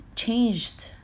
Changed